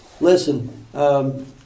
Listen